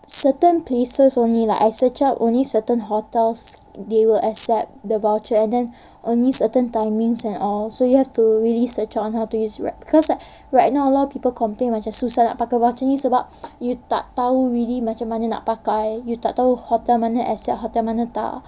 certain places only like I searched up only certain hotels they will accept the voucher and then only certain timings and all so you have to really search up on how to use right cause right now a lot of people complain macam susah nak pakai voucher ni sebab you tak tahu really macam mana nak pakai you tak tahu hotel mana accept hotel mana tak